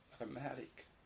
automatic